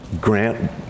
grant